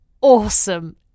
awesome